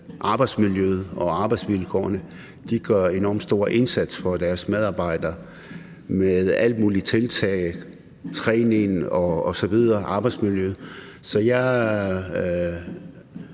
arbejdsmiljøet og arbejdsvilkårene. De gør en enormt stor indsats for deres medarbejdere, med alle mulige tiltag – træning, arbejdsmiljø osv. Så jeg